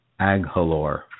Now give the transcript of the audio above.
Aghalor